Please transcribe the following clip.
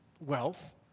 wealth